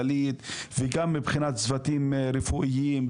חולים כללית וגם מבחינת צוותים רפואיים,